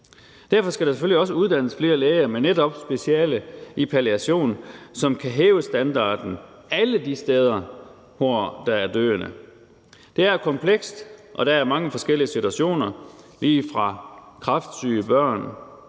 Derfor skal der selvfølgelig også uddannes flere læger med speciale i netop palliation, som kan hæve standarden alle de steder, hvor der er døende. Det er komplekst, og der er mange forskellige situationer – der kan være